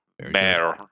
Mayor